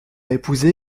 épousé